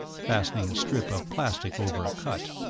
fastening a strip of plastic over a cut.